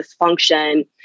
dysfunction